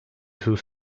sus